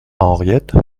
henriette